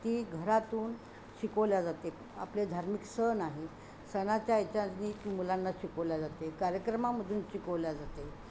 ती घरातून शिकवली जाते आपले धार्मिक सण आहे सणाच्या याच्याने मुलांना शिकवल्या जाते कार्यक्रमामधून शिकवल्या जाते